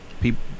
people